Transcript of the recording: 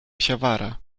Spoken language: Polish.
psiawiara